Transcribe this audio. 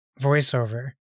voiceover